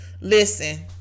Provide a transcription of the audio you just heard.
Listen